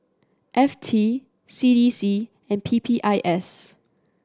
F T C E C and P P I S